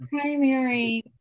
primary